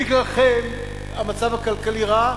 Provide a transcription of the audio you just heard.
בגללכם המצב הכלכלי רע,